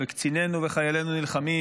וקצינינו וחיילינו נלחמים,